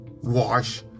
Wash